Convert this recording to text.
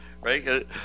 right